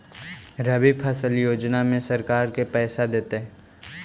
रबि फसल योजना में सरकार के पैसा देतै?